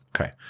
Okay